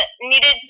needed